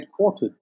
headquartered